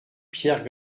pierre